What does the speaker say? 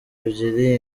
ebyiri